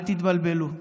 אל תתבלבלו.